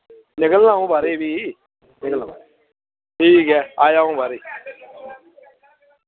निकलना अं'ऊ बाहरै ई भी ठीक ऐ आया अं'ऊ बाहरै ई